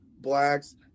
blacks